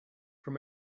from